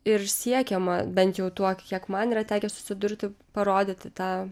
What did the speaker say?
ir siekiama bent jau tuo kiek man yra tekę susidurti parodyti tą